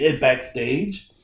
Backstage